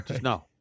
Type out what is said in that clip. No